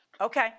Okay